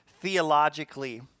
theologically